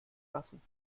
lassen